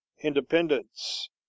independence